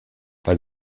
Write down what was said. bei